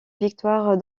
victoire